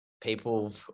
people